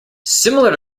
similar